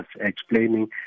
explaining